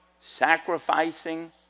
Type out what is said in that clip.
sacrificing